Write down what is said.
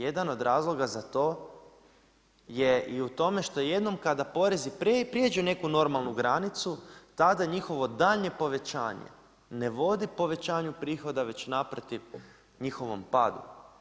Jedan od razloga za to je i u tome što jednom kada porezi prijeđu neku normalnu granicu tada njihovo daljnje povećanje ne vodi povećanju prihoda već naprotiv njihovom padu.